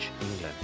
England